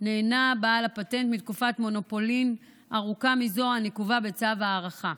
נהנה בעל הפטנט מתקופת מונופולין ארוכה מזו הנקובה בצו ההארכה.